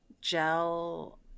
gel